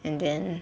and then